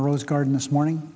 the rose garden this morning